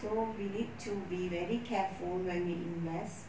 so we need to be very careful when we invest